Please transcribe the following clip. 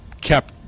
kept